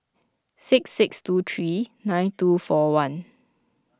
six six two three nine two four one